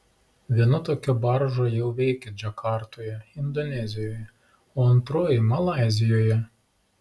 viena tokia barža jau veikia džakartoje indonezijoje o antroji malaizijoje